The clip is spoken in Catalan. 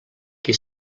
qui